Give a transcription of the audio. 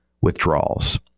withdrawals